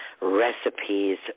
recipes